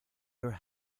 your